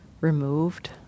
removed